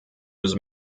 was